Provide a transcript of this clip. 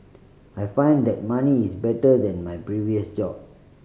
I find that money is better than my previous job